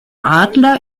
adler